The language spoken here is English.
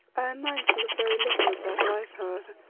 i am mindful of very little of that life, however,